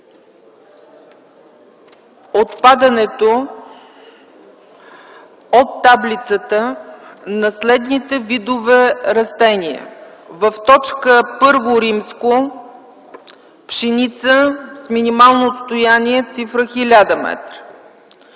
отпадането от таблицата на следните видове растения: - в т. І – Пшеница, с минимално отстояние – цифра 1000